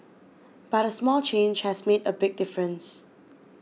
but a small change has made a big difference